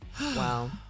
Wow